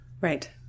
Right